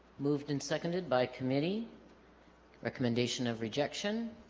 moved and seconded by committee recommendation of rejection